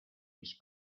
mis